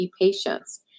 patients